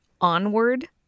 Onward